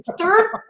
third